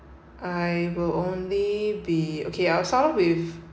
I will only be okay I'll start of with